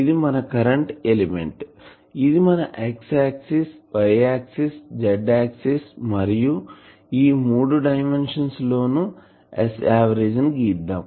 ఇది మన current element ఇది మన X ఆక్సిస్Y ఆక్సిస్Z ఆక్సిస్ మరియు ఈ మూడు డైమెన్షన్స్ లోను Sఆవరేజ్ ని గీద్దాం